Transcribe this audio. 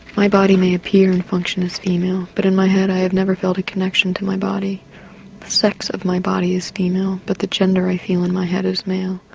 my body may appear and function as female but in my head i have never felt a connection to my body. the sex of my body is female but the gender i feel in my head is male.